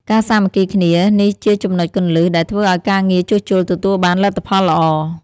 ការសាមគ្គីគ្នា នេះជាចំណុចគន្លឹះដែលធ្វើឲ្យការងារជួសជុលទទួលបានលទ្ធផលល្អ។